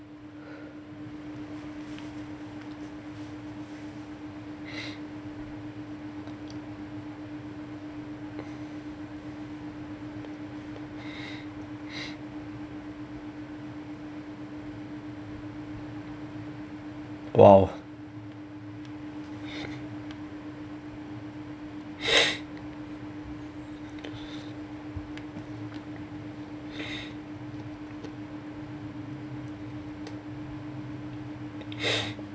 !wow!